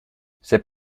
c’est